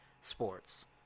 sports